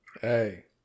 Hey